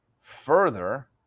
further